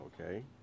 Okay